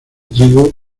trigo